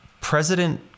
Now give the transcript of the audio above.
President